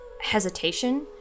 hesitation